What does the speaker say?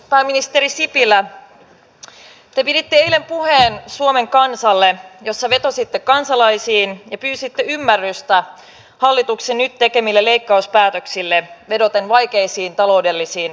pääministeri sipilä te piditte eilen suomen kansalle puheen jossa vetositte kansalaisiin ja pyysitte ymmärrystä hallituksen nyt tekemille leikkauspäätöksille vedoten vaikeisiin taloudellisiin aikoihin